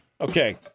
Okay